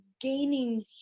gaining